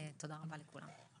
תודה רבה לכולם.